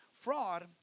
Fraud